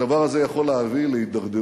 הדבר הזה יכול להביא להידרדרות